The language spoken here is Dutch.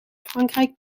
frankrijk